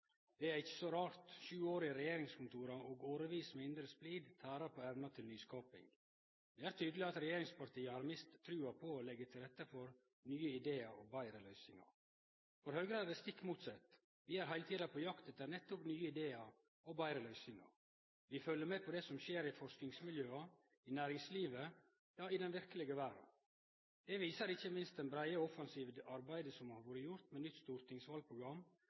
Det er ikkje så rart. Sju år i regjeringskontora og årevis med indre splid tærer på evna til nyskaping. Det er tydeleg at regjeringspartia har mist trua på å leggje til rette for nye idear og betre løysingar. For Høgre er det stikk motsett. Vi er heile tida på jakt etter nettopp nye idear og betre løysingar. Vi følgjer med på det som skjer i forskingsmiljøa, i næringslivet – ja, i den verkelege verda. Det viser ikkje minst det breie og offensive arbeidet som har vore gjort med nytt stortingsvalprogram,